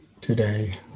today